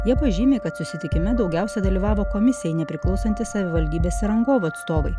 jie pažymi kad susitikime daugiausiai dalyvavo komisijai nepriklausantys savivaldybės rangovų atstovai